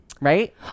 right